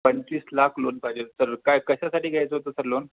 पंचवीस लाख लोन पाहिजे होतं सर काय कशासाठी घ्यायचं होतं सर लोन